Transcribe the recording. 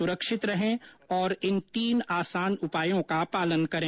सुरक्षित रहें और इन तीन आसान उपायों का पालन करें